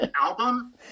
album